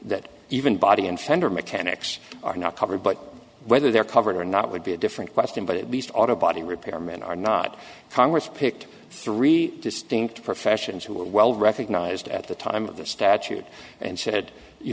that even body and fender mechanics are not covered but whether they're covered or not would be a different question but at least auto body repair men are not congress picked three distinct professions who were well recognized at the time of the statute and said you